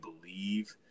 believe